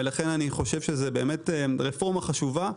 ולכן אני חושב שזו רפורמה חשובה.